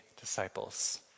disciples